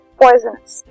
poisonous